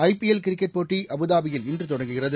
IPL cricket போட்டி அபுதாபியில் இன்று தொடங்குகிறது